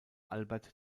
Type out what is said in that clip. albert